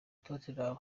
tottenham